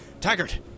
Taggart